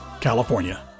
California